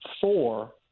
four